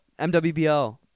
MWBL